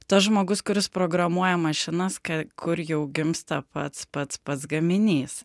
tas žmogus kuris programuoja mašinas ka kur jau gimsta pats pats pats gaminys